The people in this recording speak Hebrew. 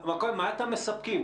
מה אתם מספקים?